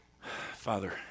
Father